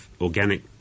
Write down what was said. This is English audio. organic